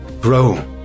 Grow